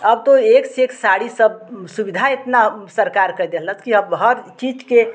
अब तो एक से एक साड़ी सब सुविधा इतना सरकार कहे देलस कि अब हर चीज़ के